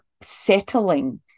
settling